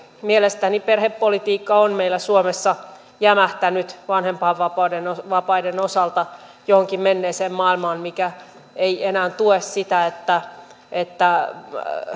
mielestäni perhepolitiikka on meillä suomessa jämähtänyt vanhempainvapaiden osalta johonkin menneeseen maailmaan mikä ei enää tue sitä että että